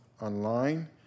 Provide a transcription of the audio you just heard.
online